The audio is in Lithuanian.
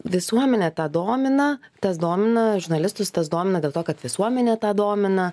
visuomenę tą domina tas domina žurnalistus tas domina dėl to kad visuomenę tą domina